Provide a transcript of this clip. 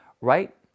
right